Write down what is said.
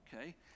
okay